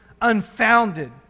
unfounded